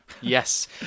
Yes